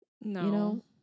No